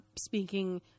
speaking